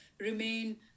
remain